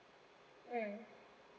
mm